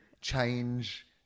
change